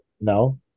No